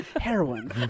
Heroin